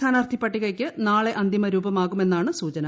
സ്ഥാന്ാർത്ഥി പട്ടികയ്ക്ക് നാളെ അന്തിമ രൂപമാകുമെന്നാണ് സൂചന